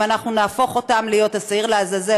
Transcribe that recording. אם אנחנו נהפוך אותם להיות השעיר לעזאזל,